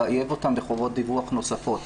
לחייב אותן בחובות דיווח נוספים,